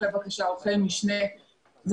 רשויות הרישוי,